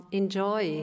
enjoy